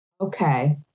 Okay